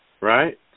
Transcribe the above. right